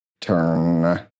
turn